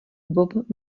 bob